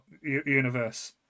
universe